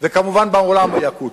וכמובן בעולם היא אקוטית.